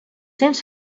cents